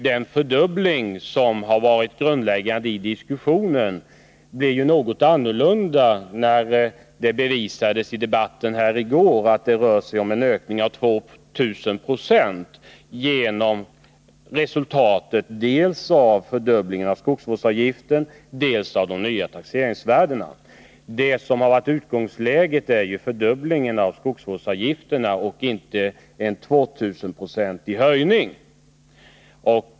Den fördubbling av avgiften som var avsedd och som diskussionen från början rörde sig om ger ett annorlunda utfall än man tänkt sig. Det bevisades i debatten i går, i ett refererat exempel, att det rör sig om en ökning med 2 000 96 — vilket skulle vara ett resultat dels av höjningen av skogsvårdsavgiften, dels av de nya taxeringsvärdena. Utgångsläget har ju varit en fördubbling av skogsvårdsavgifterna och inte en tvåtusenprocentig höjning.